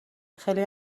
خیلی